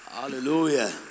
Hallelujah